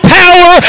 power